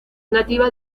nativa